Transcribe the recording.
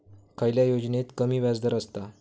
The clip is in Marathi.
खयल्या योजनेत कमी व्याजदर असता?